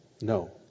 No